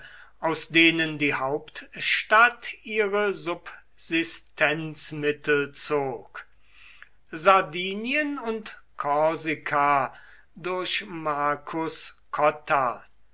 aus denen die hauptstadt ihre subsistenzmittel zog sardinien und korsika durch marcus cotta